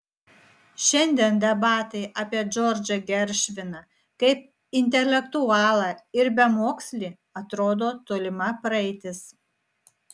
šiandien debatai apie džordžą geršviną kaip intelektualą ir bemokslį atrodo tolima praeitis